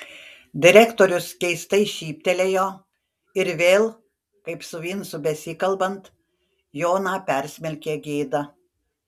direktorius keistai šyptelėjo ir vėl kaip su vincu besikalbant joną persmelkė gėda